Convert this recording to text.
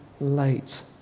late